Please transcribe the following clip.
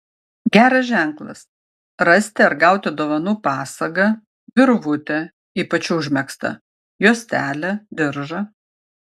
geras ženklas rasti ar gauti dovanų pasagą virvutę ypač užmegztą juostelę diržą